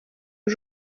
aux